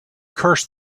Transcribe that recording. curse